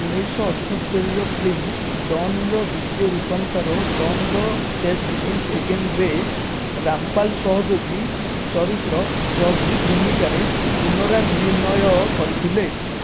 ଉଣେଇଶି ଶହ ଅଠସ୍ତରୀର ଫିଲ୍ମ ଡନ୍ ର ଦ୍ଵିତୀୟ ରୂପାନ୍ତର Don the chase begins again ରେ ରାମପାଲ ସହଯୋଗୀ ଚରିତ୍ର ଜସଜିତ୍ ଭୂମିକାରେ ପୁନରାଭିନୟ କରିଥିଲେ